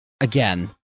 Again